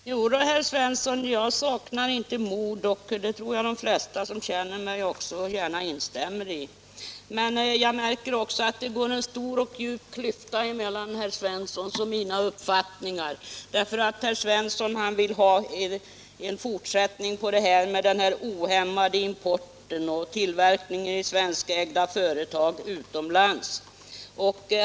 Herr talman! Jo då, herr Svensson i Skara! Jag saknar inte mod —- det tror jag att de flesta som känner mig gärna instämmer i. Men jag märker också att det går en bred och djup klyfta mellan herr Svenssons och mina uppfattningar. Herr Svensson vill ha en fortsättning på den ohämmade importen och tillverkningen i svenskägda företag utomlands.